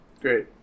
Great